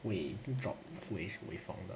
会 drop away from the